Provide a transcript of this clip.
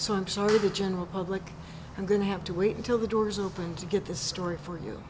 so i'm sorry the general public i'm going to have to wait until the doors opened to get this story for you